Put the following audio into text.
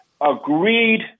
agreed